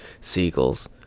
seagulls